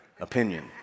opinion